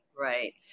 right